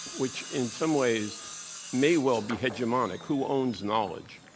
which in some ways may well be hegemonic, who owns knowledge,